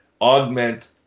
augment